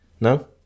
No